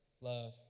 love